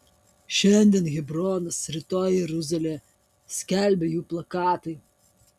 šiandien hebronas rytoj jeruzalė skelbė jų plakatai